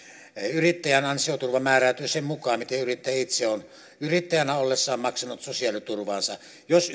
yrittäjän ansioturva määräytyy sen mukaan miten yrittäjä itse on yrittäjänä ollessaan maksanut sosiaaliturvaansa jos